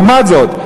לעומת זאת,